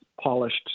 polished